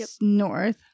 North